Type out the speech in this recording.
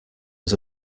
was